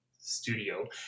studio